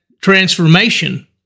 transformation